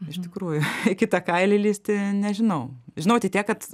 iš tikrųjų į kitą kailį lįsti nežinau žinau tik tiek kad